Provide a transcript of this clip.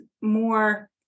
more